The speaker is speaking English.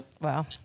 Wow